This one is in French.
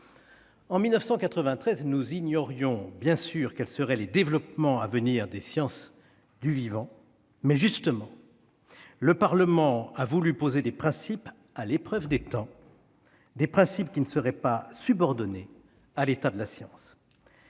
En 1993, nous ignorions bien sûr quels seraient les développements à venir des sciences du vivant. Mais, justement, le Parlement a voulu poser des principes à l'épreuve des temps, des principes qui ne seraient pas subordonnés à l'état de la science.